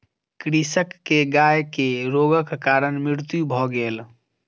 कृषक के गाय के रोगक कारण मृत्यु भ गेल